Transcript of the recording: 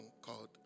called